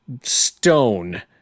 stone